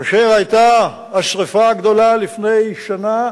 כאשר היתה השרפה הגדולה לפני שנה,